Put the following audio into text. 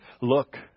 Look